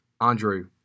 Andrew